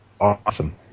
Awesome